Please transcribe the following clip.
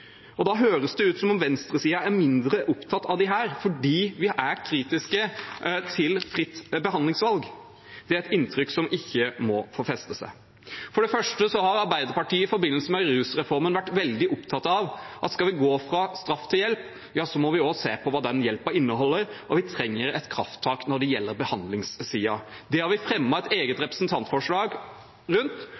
Da høres det ut som om venstresiden er mindre opptatt av disse fordi vi er kritiske til fritt behandlingsvalg. Det er et inntrykk som ikke må få feste seg. For det første har Arbeiderpartiet i forbindelse med rusreformen vært veldig opptatt av at skal vi gå fra straff til hjelp, må vi også se på hva den hjelpen inneholder. Vi trenger et krafttak når det gjelder behandlingssiden. Det har vi fremmet et eget representantforslag